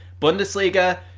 Bundesliga